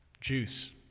juice